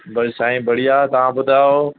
बसि साईं बढ़िया तव्हां ॿुधायो